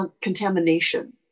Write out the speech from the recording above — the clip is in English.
contamination